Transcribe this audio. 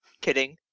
Kidding